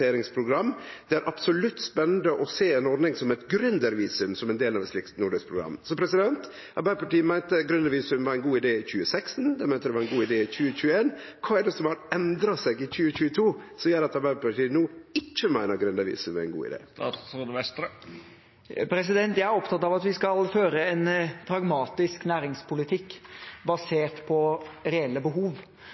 absolutt spennende å tenke seg ordninger som et gründervisum som en del av et slikt nordisk program.» Arbeidarpartiet meinte gründervisum var ein god idé i 2016, og dei meinte det var ein god idé i 2021. Kva har endra seg i 2022, som gjer at Arbeidarpartiet no ikkje meiner gründervisum er ein god idé? Jeg er opptatt av at vi skal føre en pragmatisk næringspolitikk basert på reelle behov.